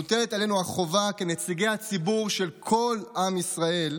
מוטלת עלינו החובה, כנציגי הציבור של כל עם ישראל,